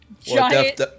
giant